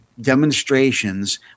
demonstrations